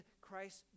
Christ